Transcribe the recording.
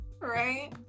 Right